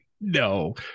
No